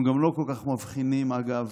הם גם לא כל כך מבחינים, אגב,